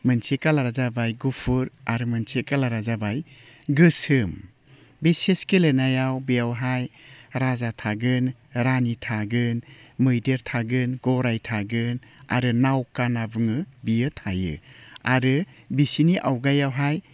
मोनसे खालारा जाबाय गुफुर आरो मोनसे खालारा जाबाय गोसोम बे चेस गेलेनायाव बेयावहाय राजा थागोन रानि थागोन मैदेर थागोन गराइ थागोन आरो नावखा होनना बुङो बियो थायो आरो बिसिनि आवगायावहाय